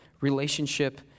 relationship